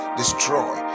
destroy